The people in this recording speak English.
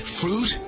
fruit